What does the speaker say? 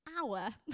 hour